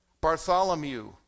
Bartholomew